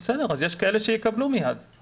יש כאלה שיקבלו מיד.